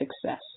success